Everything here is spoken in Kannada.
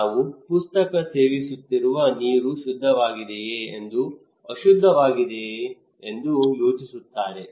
ನಾವು ಪ್ರಸಕ್ತ ಸೇವಿಸುತ್ತಿರುವ ನೀರು ಶುದ್ಧವಾಗಿದೆಯೇ ಅಥವಾ ಅಶುದ್ಧವಾಗಿದೆ ಎಂದು ಯೋಚಿಸುತ್ತಾರೆ